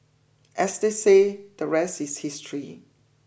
as they say the rest is history